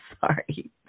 sorry